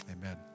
Amen